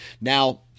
Now